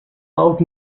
out